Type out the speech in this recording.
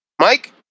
Mike